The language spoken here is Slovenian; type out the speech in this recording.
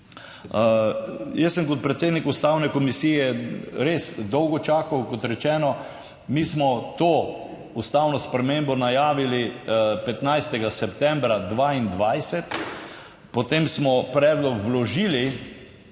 Jaz sem kot predsednik Ustavne komisije res dolgo čakal. Kot rečeno, mi smo to ustavno spremembo najavili 15. septembra 2022, potem smo predlog